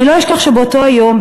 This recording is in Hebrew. אני לא אשכח שבאותו היום,